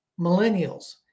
millennials